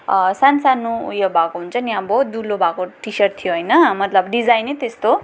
सानसानो उयो भएको हुन्छ नि अब दुलो भएको टिसर्ट थियो होइन मतलब डिजाइन नै त्यस्तो